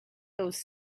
those